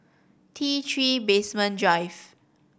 T Three Basement Drive